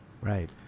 Right